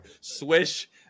swish